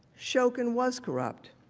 shokin was corrupt.